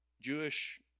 Jewish